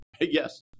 Yes